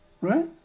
right